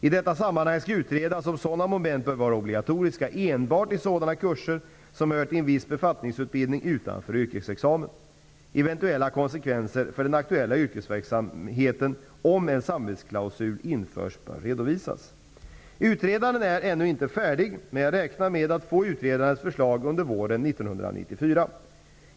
I detta sammanhang skall utredas om sådana moment bör vara obligatoriska enbart i sådana kurser som hör till en viss befattningsutbildning utanför yrkesexamen. Eventuella konsekvenser för den aktuella yrkesverksamheten, om en samvetsklausul införs, bör redovisas. Utredaren är ännu inte färdig, men jag räknar med att få utredarens förslag under våren 1994.